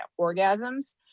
orgasms